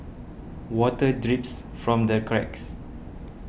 water drips from the cracks